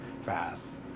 fast